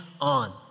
on